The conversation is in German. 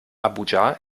abuja